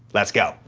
let's go.